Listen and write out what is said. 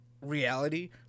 reality